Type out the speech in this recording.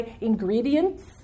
ingredients